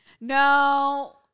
No